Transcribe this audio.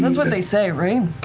that's what they say, right?